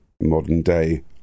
modern-day